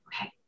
Okay